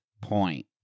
point